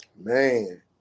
Man